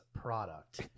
product